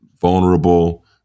vulnerable